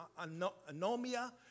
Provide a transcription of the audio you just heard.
anomia